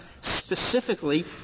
specifically